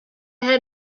had